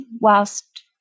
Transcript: whilst